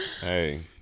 Hey